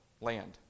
land